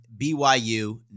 BYU